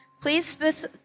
Please